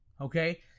okay